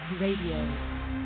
Radio